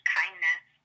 kindness